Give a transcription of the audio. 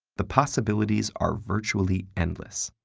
the possibilities are virtually endless.